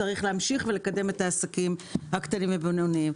צריך להמשיך ולקדם את העסקים הקטנים והבינוניים.